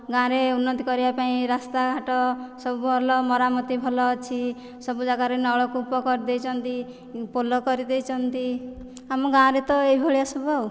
ଗାଁରେ ଉନ୍ନତି କରିବା ପାଇଁ ରାସ୍ତା ଘାଟ ସବୁ ଭଲ ମରାମତି ଭଲ ଅଛି ସବୁ ଜାଗାରେ ନଳକୂପ କରି ଦେଇଛନ୍ତି ପୋଲ କରିଦେଇଛନ୍ତି ଆମ ଗାଁରେ ତ ଏଇଭଳିଆ ସବୁ ଆଉ